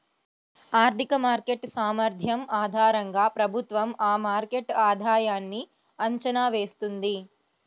ఆర్థిక మార్కెట్ సామర్థ్యం ఆధారంగా ప్రభుత్వం ఆ మార్కెట్ ఆధాయన్ని అంచనా వేస్తుంది